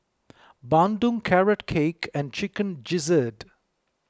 Bandung Carrot Cake and Chicken Gizzard